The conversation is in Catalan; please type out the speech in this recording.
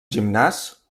gimnàs